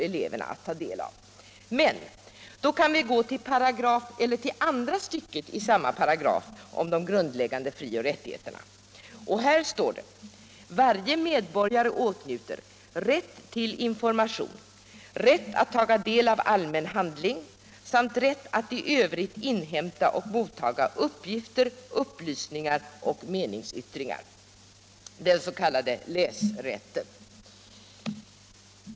Men om vi går till andra stycket av samma paragraf om de grundläggande frioch rättigheterna som jag nyss citerade så heter det: ”Varje medborgare åtnjuter rätt till information, rätt att taga del av allmän handling samt rätt att i övrigt inhämta och mottaga uppgifter, upplysningar och meningsyttringar.” Det sista avser den s.k. läsrätten.